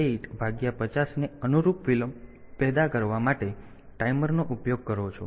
8 ભાગ્યા 50 ને અનુરૂપ વિલંબ પેદા કરવા માટે ટાઈમરનો ઉપયોગ કરો છો